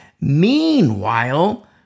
meanwhile